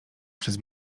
przez